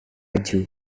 baju